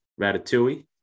Ratatouille